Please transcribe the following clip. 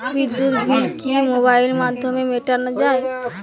বিদ্যুৎ বিল কি মোবাইলের মাধ্যমে মেটানো য়ায়?